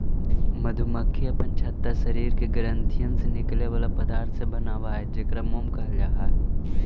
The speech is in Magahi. मधुमक्खी अपन छत्ता शरीर के ग्रंथियन से निकले बला पदार्थ से बनाब हई जेकरा मोम कहल जा हई